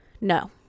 No